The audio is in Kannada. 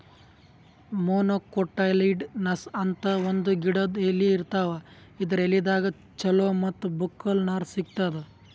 ಮೊನೊಕೊಟೈಲಿಡನಸ್ ಅಂತ್ ಒಂದ್ ಗಿಡದ್ ಎಲಿ ಇರ್ತಾವ ಇದರ್ ಎಲಿದಾಗ್ ಚಲೋ ಮತ್ತ್ ಬಕ್ಕುಲ್ ನಾರ್ ಸಿಗ್ತದ್